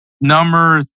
number